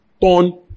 ton